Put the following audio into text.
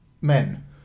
men